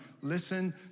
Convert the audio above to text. Listen